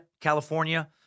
California